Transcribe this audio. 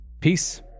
Peace